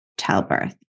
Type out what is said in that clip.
childbirth